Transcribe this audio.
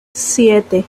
siete